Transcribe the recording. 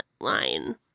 line